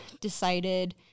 decided